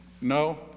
No